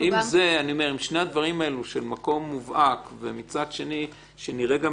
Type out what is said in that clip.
אם שני הדברים האלה של מקום מובהק ומצד שני שנראה גם